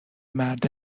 مرد